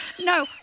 no